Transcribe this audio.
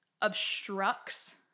obstructs